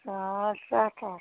آ سَتھ ہَتھ